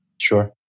Sure